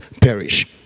perish